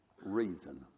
reason